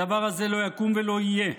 הדבר הזה לא יקום ולא יהיה.